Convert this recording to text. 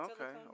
Okay